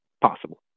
possible